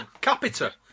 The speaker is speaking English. Capita